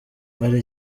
ari